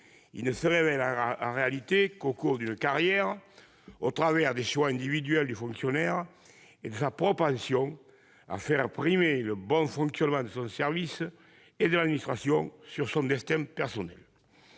Elle ne se révèle en réalité qu'au cours d'une carrière, au travers des choix individuels du fonctionnaire, et se mesure à l'aune de sa propension à faire primer le bon fonctionnement de son service et de l'administration sur son destin personnel.